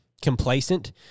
Complacent